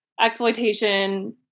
exploitation